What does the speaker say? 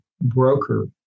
Broker